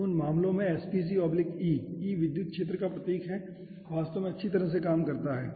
तो उन मामलों में SPCE E विद्युत क्षेत्र का प्रतीक है वास्तव में अच्छी तरह से काम करता है